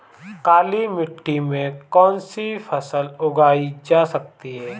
काली मिट्टी में कौनसी फसल उगाई जा सकती है?